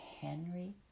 Henry